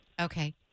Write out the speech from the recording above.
Okay